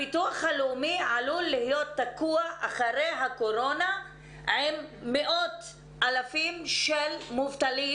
הביטוח הלאומי עלול להיות תקוע אחרי הקורונה עם מאות אלפים של מובטלים,